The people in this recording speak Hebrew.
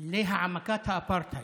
להעמקת האפרטהייד.